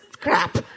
crap